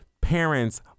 parents